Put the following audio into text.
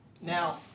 Now